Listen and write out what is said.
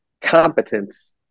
competence